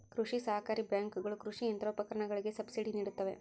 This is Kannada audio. ಕೃಷಿ ಸಹಕಾರಿ ಬ್ಯಾಂಕುಗಳ ಕೃಷಿ ಯಂತ್ರೋಪಕರಣಗಳಿಗೆ ಸಬ್ಸಿಡಿ ನಿಡುತ್ತವೆ